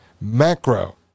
Macro